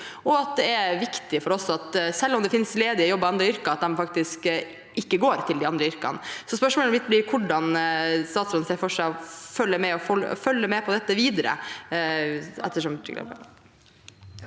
og at det er viktig for oss at de, selv om det finnes ledige jobber i andre yrker, faktisk ikke går til andre yrker. Spørsmålet mitt blir hvordan statsråden ser for seg å følge med på dette videre. Statsråd